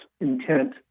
intent